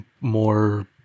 more